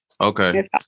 Okay